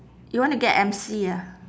you want to get M_C ah